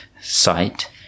site